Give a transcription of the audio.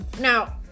now